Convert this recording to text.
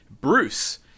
Bruce